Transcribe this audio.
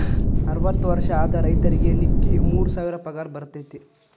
ಅರ್ವತ್ತ ವರ್ಷ ಆದ ರೈತರಿಗೆ ನಿಕ್ಕಿ ಮೂರ ಸಾವಿರ ಪಗಾರ ಬರ್ತೈತಿ